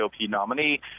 nominee